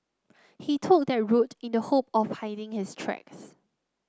he took that route in the hope of hiding his tracks